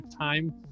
time